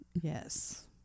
Yes